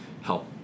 help